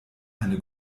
eine